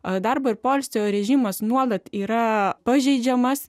ar darbo ir poilsio režimas nuolat yra pažeidžiamas